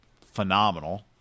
phenomenal